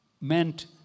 meant